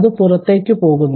അത് പുറത്തേക്കു പോകുന്നു